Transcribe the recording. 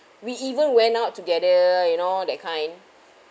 we even went out together you know that kind